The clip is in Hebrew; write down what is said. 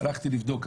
הלכתי לבדוק,